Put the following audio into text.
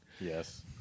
Yes